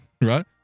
Right